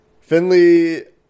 Finley